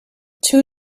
two